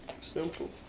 Simple